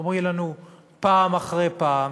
אומרים לנו פעם אחרי פעם: